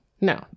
No